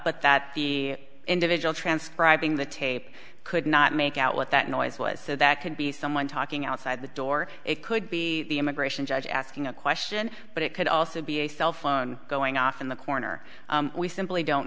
but that the individual transcribing the tape could not make out what that noise was so that could be someone talking outside the door it could be the immigration judge asking a question but it could also be a cell phone going off in the corner we simply don't